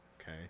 okay